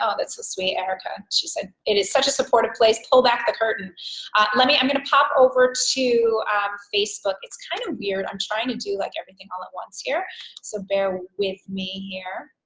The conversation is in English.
that's the sweet erica she said it is such a supportive place pull back the curtain let me i'm gonna pop over to facebook it's kind of weird i'm trying to do like everything all at once here so bear with me here